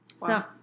Wow